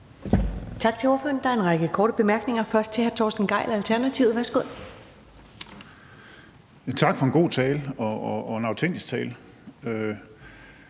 Tak for en god tale og en autentisk tale.